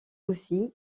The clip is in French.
aussi